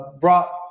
brought